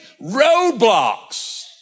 roadblocks